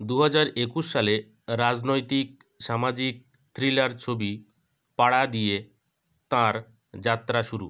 দু হাজার একুশ সালে রাজনৈতিক সামাজিক থ্রিলার ছবি পারা দিয়ে তাঁর যাত্রা শুরু